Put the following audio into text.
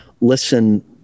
Listen